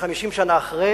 כש-50 שנה אחרי